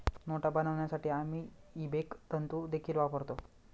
नोटा बनवण्यासाठी आम्ही इबेक तंतु देखील वापरतो